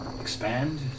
expand